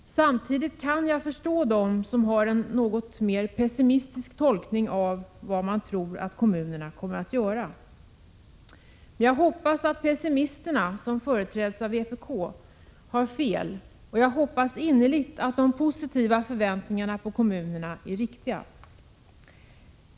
Samtidigt kan jag förstå dem som är något mer pessimistiska i fråga om vad kommunerna kommer att göra. Jag hoppas att pessimisterna, som företräds av vpk, har fel, och jag hoppas innerligt att de positiva förväntningarna på kommunerna är riktiga.